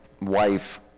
wife